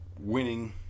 winning